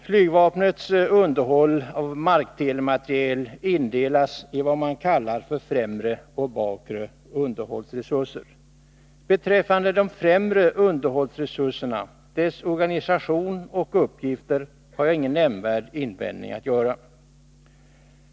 Flygvapnets underhåll av marktelemateriel indelas i vad man kallar för främre och bakre underhållsresurser. Beträffande de främre underhållsresurserna, deras organisation och uppgifter har jag ingen nämnvärd invändning att göra.